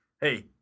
hey